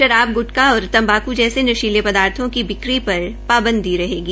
शराब ग्टका और तम्बाक् जैसे नशीले पदार्थो की बिक्री पर प्रतिबंध रहेगा